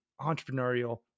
entrepreneurial